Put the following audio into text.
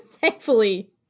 thankfully